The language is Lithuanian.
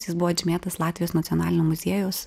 jis buvo atžymėtas latvijos nacionalinio muziejaus